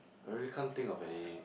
I really can't think of any